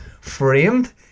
framed